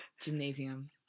Gymnasium